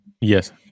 Yes